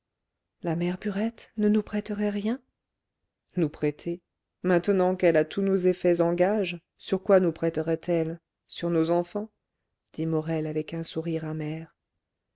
la mère burette ne nous prêterait rien nous prêter maintenant qu'elle a tous nos effets en gage sur quoi nous prêterait elle sur nos enfants dit morel avec un sourire amer